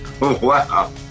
Wow